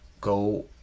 go